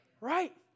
Right